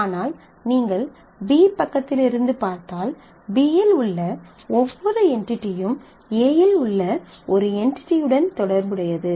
ஆனால் நீங்கள் B பக்கத்திலிருந்து பார்த்தால் B இல் உள்ள ஒவ்வொரு என்டிடியும் A இல் உள்ள ஒரு என்டிடியுடன் தொடர்புடையது